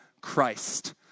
Christ